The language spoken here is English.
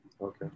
Okay